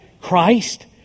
Christ